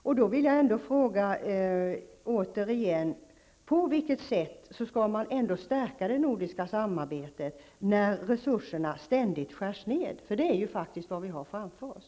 Jag vill då än en gång fråga: På vilket sätt skall man stärka det nordiska samarbetet, när resurserna ständigt skärs ned? Detta är ju faktiskt vad vi har framför oss.